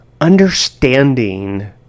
understanding